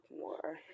more